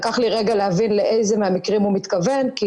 לקח לי רגע להבין לאיזה מהמקרים הוא מתכוון כי